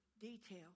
detail